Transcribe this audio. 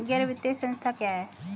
गैर वित्तीय संस्था क्या है?